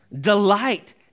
Delight